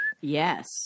Yes